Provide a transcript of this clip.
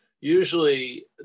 usually